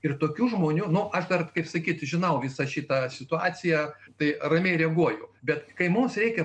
ir tokių žmonių nu aš dar kaip sakyt žinau visą šitą situaciją tai ramiai reaguoju bet kai mums reikia